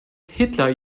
hitler